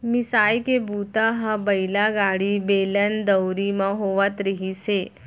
मिसाई के बूता ह बइला गाड़ी, बेलन, दउंरी म होवत रिहिस हे